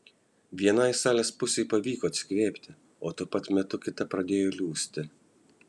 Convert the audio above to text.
vienai salės pusei pavyko atsikvėpti o tuo pat metu kita pradėjo liūsti